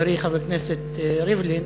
חברי חבר הכנסת ריבלין,